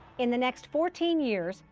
in the next fourteen years,